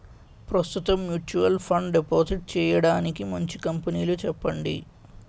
ప్రస్తుతం mutual fund deposit చేయడానికి మంచి కంపెనీలు చెప్పండి